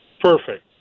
Perfect